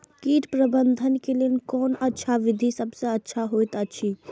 कीट प्रबंधन के लेल कोन अच्छा विधि सबसँ अच्छा होयत अछि?